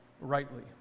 rightly